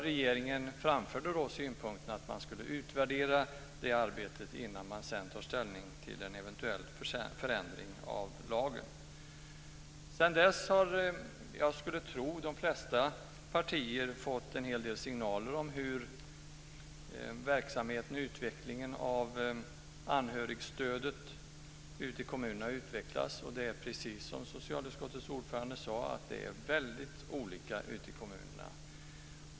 Regeringen framförde då synpunkterna att man skulle utvärdera detta arbete innan man tog ställning till en eventuell förändring av lagen. Sedan dess har de flesta partier, skulle jag tro, fått en hel del signaler om hur anhörigstödet har utvecklats i kommunerna. Det är precis som socialutskottets ordförande sade: Det är väldigt olika ute i kommunerna.